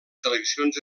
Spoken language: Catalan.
seleccions